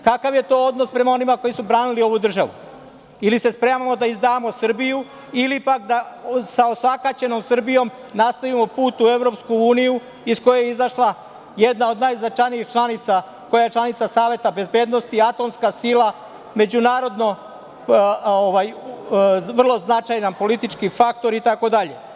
Kakav je to odnos prema onima koji su branili ovu državu ili se spremamo da izdamo Srbiju ili pak da sa osakaćenom Srbijom nastavimo put u EU iz koje je izašla jedna od najznačajnijih članica, koja je članica Saveta bezbednosti, atomska sila, međunarodno vrlo značajan politički faktor itd?